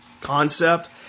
concept